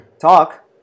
talk